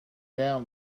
down